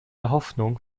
hoffnung